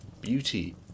Beauty